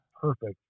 perfect